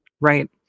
right